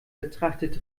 betrachtet